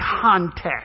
context